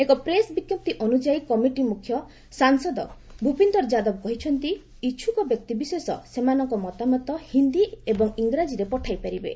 ଏକ ପ୍ରେସ୍ ବିଜ୍ଞପ୍ତି ଅନୁଯାୟୀ କମିଟି ମୁଖ୍ୟ ସାଂସଦ ଭୂପିନ୍ଦର ଯାଦବ କହିଛନ୍ତି ଇଚ୍ଛୁକ ବ୍ୟକ୍ତିବିଶେଷ ସେମାନଙ୍କ ମତାମତ ହିନ୍ଦୀ ଏବଂ ଇଂରାଜୀରେ ପଠାଇପାରିବେ